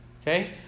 okay